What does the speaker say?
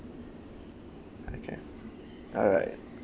okay alright